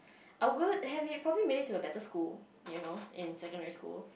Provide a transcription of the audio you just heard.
I would have~ probably made it to a better school you know in secondary school